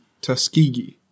Tuskegee